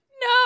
No